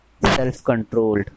self-controlled